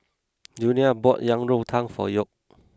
Junia bought Yang Rou Tang for York